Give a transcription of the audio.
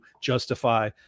justify